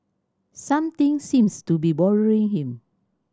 something seems to be bothering him